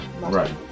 Right